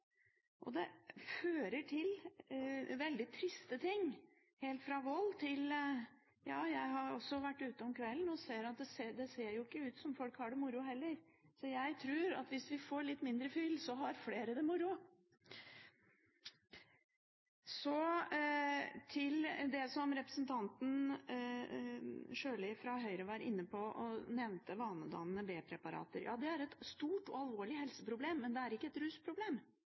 og det fører til veldig triste ting, bl.a. vold. Ja, jeg har også vært ute om kvelden, og det ser jo ikke ut som folk har det moro heller. Jeg tror at hvis vi får litt mindre fyll, har flere det moro. Så til det som representanten Sjøli fra Høyre var inne på da hun nevnte vanedannende B-preparater: Ja, det er et stort og alvorlig helseproblem, men det er ikke et rusproblem